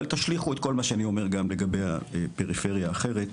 אבל תשליכו את כל מה שאני אומר גם לגבי הפריפריה האחרת.